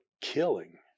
killing